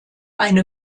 eine